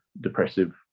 depressive